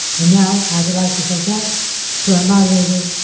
and now i would like to go back to our moderator,